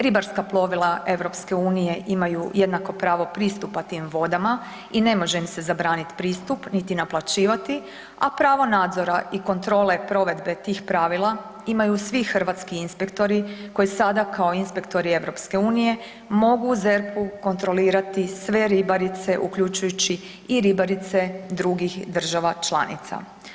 Ribarska plovila Europske unije imaju jednako pravo pristupa tim vodama i ne može im se zabraniti pristup, niti naplaćivati, a pravo nadzora i kontrole provedbe tih pravila imaju svi hrvatski inspektori koji sada kao inspektori Europske unije mogu u ZERP-u kontrolirati sve ribarice uključujući i ribarice drugih država članica.